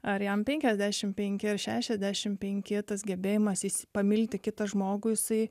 ar jam penkiasdešimt penki ar šešiasdešimt penki tas gebėjimas pamilti kitą žmogų jisai